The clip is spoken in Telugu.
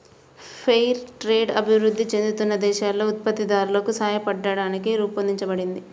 ఫెయిర్ ట్రేడ్ అభివృద్ధి చెందుతున్న దేశాలలో ఉత్పత్తిదారులకు సాయపట్టానికి రూపొందించబడింది